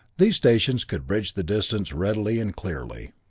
these stations could bridge the distance readily and clearly.